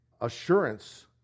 assurance